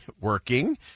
working